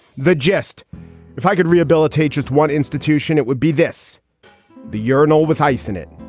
the gist if i could rehabilitate just one institution, it would be this the urinal with ice in it.